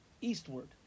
eastward